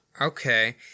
Okay